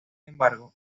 embargo